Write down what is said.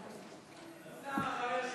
סלולריים, אוסאמה חבר שלי.